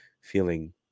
feeling